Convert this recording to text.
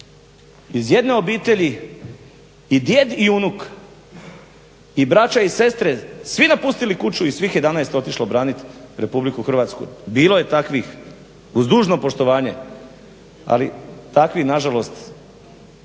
iz jedne obitelji i djed i unuk i braća i sestre svi napustili kuću i svih 11 otišlo braniti RH. Bilo je takvih, uz dužno poštovanje, ali takvih nažalost